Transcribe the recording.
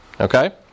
Okay